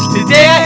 Today